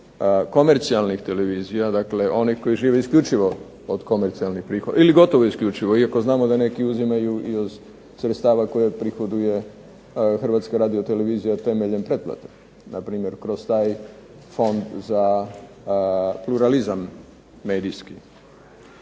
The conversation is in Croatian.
komercijalnih televizija, dakle onih koji žive isključivo od komercijalnih prihoda ili gotovo isključivo iako znamo da neki uzimaju i od sredstava koje otprihoduje Hrvatska radiotelevizija temeljem pretplate. Na primjer kroz taj Fond za pluralizam medijski.